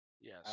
Yes